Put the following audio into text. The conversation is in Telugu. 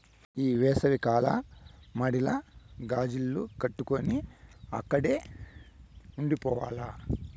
ఈ ఏసవి కాలంల మడిల గాజిల్లు కట్టుకొని ఆడనే ఉండి పోవాల్ల